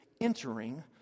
entering